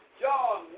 John